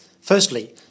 Firstly